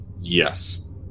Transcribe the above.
Yes